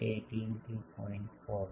18 થી 0